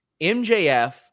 MJF